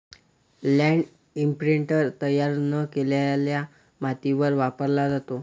land imprinter तयार न केलेल्या मातीवर वापरला जातो